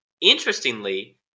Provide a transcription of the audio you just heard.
Interestingly